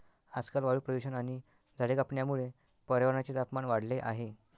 आजकाल वायू प्रदूषण आणि झाडे कापण्यामुळे पर्यावरणाचे तापमान वाढले आहे